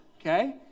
okay